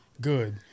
good